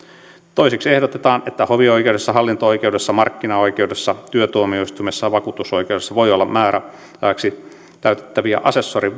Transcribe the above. toiseksi ehdotetaan että hovioikeudessa hallinto oikeudessa markkinaoikeudessa työtuomioistuimessa ja vakuutusoikeudessa voi olla määräajaksi täytettäviä asessorin